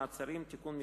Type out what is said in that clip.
מעצרים) (תיקון מס'